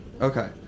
okay